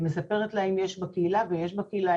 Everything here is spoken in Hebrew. מספרת לה אם יש בקהילה ויש בקהילה,